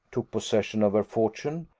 took possession of her fortune,